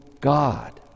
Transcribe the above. God